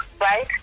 right